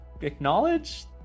acknowledge